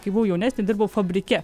kai buvau jaunesnė dirbau fabrike